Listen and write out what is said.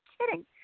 kidding